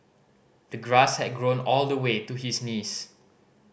the grass had grown all the way to his knees